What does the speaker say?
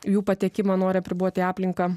jų patekimą nori apriboti į aplinką